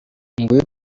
nguyu